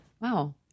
Wow